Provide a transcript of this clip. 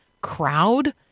crowd